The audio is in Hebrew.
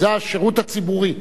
זה השירות הציבורי,